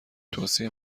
توصیه